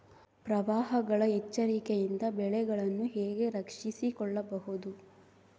ಪ್ರವಾಹಗಳ ಎಚ್ಚರಿಕೆಯಿಂದ ಬೆಳೆಗಳನ್ನು ಹೇಗೆ ರಕ್ಷಿಸಿಕೊಳ್ಳಬಹುದು?